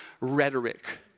rhetoric